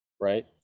right